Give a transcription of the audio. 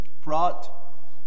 brought